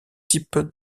types